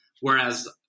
Whereas